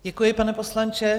Děkuji, pane poslanče.